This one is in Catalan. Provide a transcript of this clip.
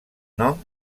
nom